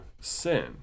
sin